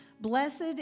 Blessed